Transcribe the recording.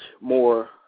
more